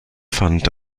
fand